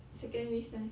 second wish leh